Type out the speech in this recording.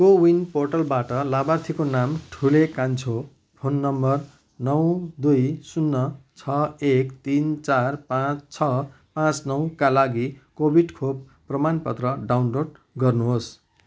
कोविन पोर्टलबाट लाभार्थीको नाम ठुले कान्छो फोन नम्बर नौ दुई शून्य छ एक तिन चार पाँच छ पाँच नौका लागि कोभिड खोप प्रमाणपत्र डाउनलोड गर्नुहोस्